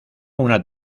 una